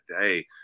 day